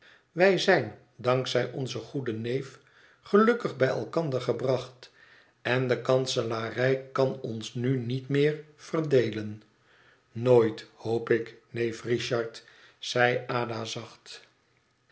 wij zijn dank zij onzen goeden neef gelukkig bij elkander gebracht en de kanselarij kan ons nu niet meer verdeelen nooit hoop ik neef richard zeide ada zacht